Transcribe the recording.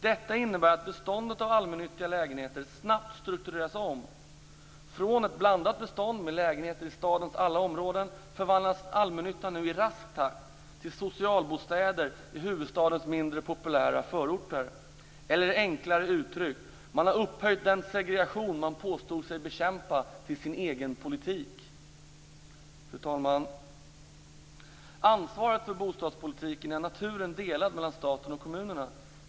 Detta innebär att beståndet av allmännyttiga lägenheter snabbt struktureras om. Från ett blandat bestånd med lägenheter i stadens alla områden förvandlas allmännyttan nu i rask takt till socialbostäder i huvudstadens mindre populära förorter. Enklare uttryckt: Man har upphöjt den segregation som man påstod sig bekämpa till sin egen politik. Fru talman! Ansvaret för bostadspolitiken är av naturen delat mellan staten och kommunerna.